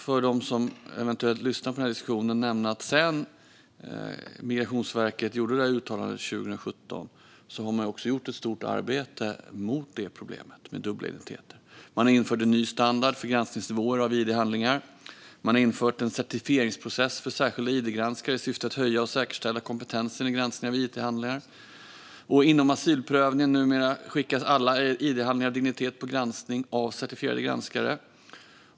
För dem som lyssnar vill jag nämna att sedan Migrationsverket gjorde det där uttalandet 2017 har man gjort ett stort arbete för att lösa problemet med dubbla identiteter. Man har infört en ny standard för granskningsnivåer av id-handlingar. Man har även infört en certifieringsprocess för särskilda id-granskare i syfte att höja och säkerställa kompetensen i granskningen av id-handlingar. Inom asylprövningen skickas numera alla id-handlingar av dignitet till granskning av certifierade granskare.